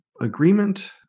agreement